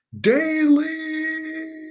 Daily